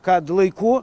kad laiku